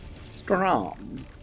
Strong